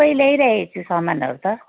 सबै ल्याइराखेको छु सामानहरू त